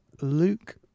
luke